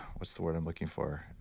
what's the word i'm looking for?